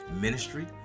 ministry